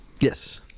yes